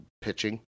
pitching